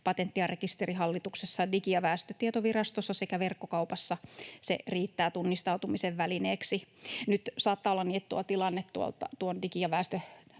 Patentti- ja rekisterihallituksessa, Digi- ja väestötietovirastossa sekä verkkokaupassa, tunnistautumisen välineeksi. Nyt saattaa olla niin, että tilanne Digi- ja